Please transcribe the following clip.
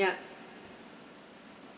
ya